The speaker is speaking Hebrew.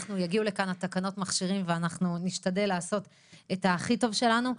יגיעו לכאן תקנות המכשירים ונשתדל לעשות את הכי טוב שלנו.